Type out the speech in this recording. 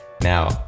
now